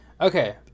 Okay